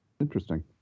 Interesting